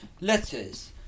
Letters